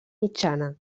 mitjana